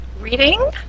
reading